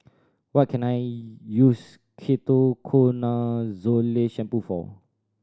what can I use Ketoconazole Shampoo for